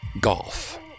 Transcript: golf